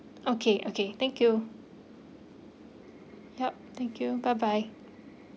okay okay thank you yup thank you bye bye